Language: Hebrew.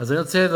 עלי רק להזהיר,